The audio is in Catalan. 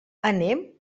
anem